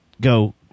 go